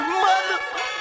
mother